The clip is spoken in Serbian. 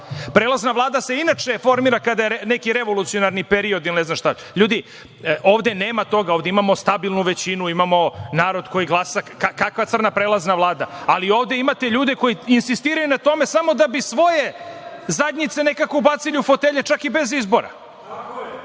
Prelazna vlada se inače formira kada je neki revolucionarni period. Ljudi, ovde nema toga. Ovde imamo stabilnu većinu, imamo narod koji glasa, kakva crna prelazna vlada. Ali, ovde imate ljude koji insistiraju na tome samo da bi svoje zadnjice nekako ubacili u fotelje, čak i bez izbora.